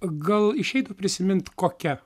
gal išeitų prisimint kokia